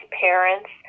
parents